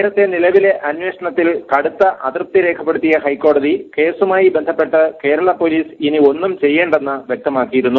നേരത്തെ നിലവിലെ അന്വേഷണാകാതണകക്ക കടുത്ത അതൃപ്തി രേഖപ്പെടുത്തിയ ഹൈക്കോടതി കേസുമായി ബന്ധപ്പെട്ട് കേരള പോലീസ് ഇനി ഒന്നും ചെയ്യേണ്ടെന്ന കേസിന് പിന്നിലുള്ളവർ വ്യക്തമാക്കിയിരുന്നു